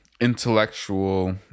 intellectual